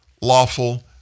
lawful